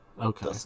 Okay